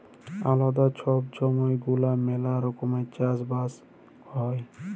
আলেদা ছব ছময় গুলাতে ম্যালা রকমের চাষ বাস হ্যয়